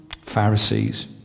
Pharisees